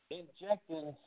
injecting